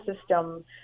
system